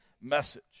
message